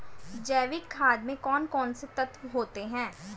जैविक खाद में कौन कौन से तत्व होते हैं?